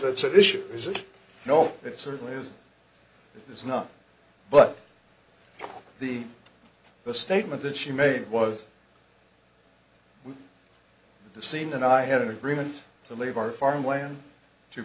that's an issue is it no it certainly is it's not but the the statement that she made was the scene and i had an agreement to leave our farm land to